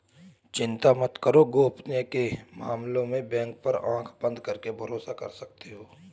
चिंता मत करो, गोपनीयता के मामले में बैंक पर आँख बंद करके भरोसा कर सकते हो